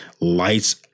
lights